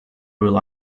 rely